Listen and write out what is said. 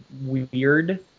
weird